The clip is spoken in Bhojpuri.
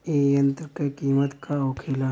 ए यंत्र का कीमत का होखेला?